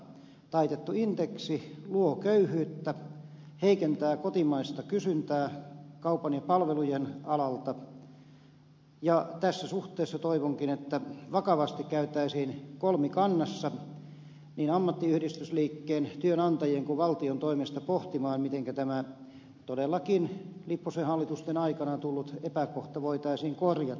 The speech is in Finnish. taitettu indeksi luo köyhyyttä heikentää kotimaista kysyntää kaupan ja palvelujen alalta ja tässä suhteessa toivonkin että vakavasti käytäisiin kolmikannassa niin ammattiyhdistysliikkeen työantajien kuin valtion toimesta pohtimaan mitenkä tämä todellakin lipposen hallitusten aikana tullut epäkohta voitaisiin korjata